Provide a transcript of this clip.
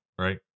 right